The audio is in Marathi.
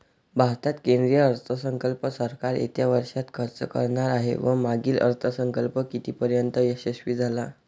भारतात केंद्रीय अर्थसंकल्प सरकार येत्या वर्षात खर्च करणार आहे व मागील अर्थसंकल्प कितीपर्तयंत यशस्वी झाला